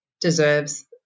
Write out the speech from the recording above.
deserves